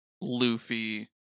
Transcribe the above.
Luffy